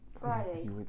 Friday